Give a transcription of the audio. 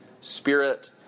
spirit